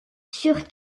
sur